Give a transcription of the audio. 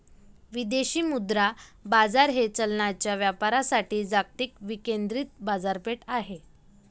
विदेशी मुद्रा बाजार हे चलनांच्या व्यापारासाठी जागतिक विकेंद्रित बाजारपेठ आहे